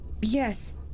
Yes